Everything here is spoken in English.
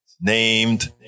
named